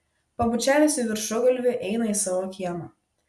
pabučiavęs į viršugalvį eina į savo kiemą